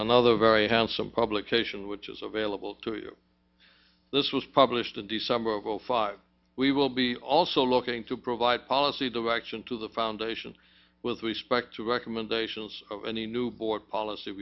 another very handsome publication which is available to you this was published in december of zero five we will be also looking to provide policy direction to the foundation with respect to recommendations of any new board policy